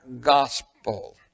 gospel